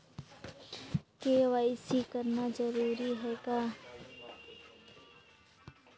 KYC कराना जरूरी है का?